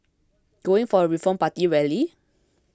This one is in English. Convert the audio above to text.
going for a Reform Party rally